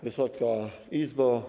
Wysoka Izbo!